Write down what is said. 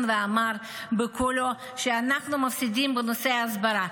ואמר בקולו שאנחנו מפסידים בנושא ההסברה.